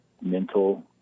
mental